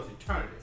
eternity